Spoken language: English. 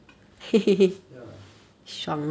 ya